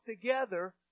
together